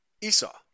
Esau